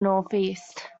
northeast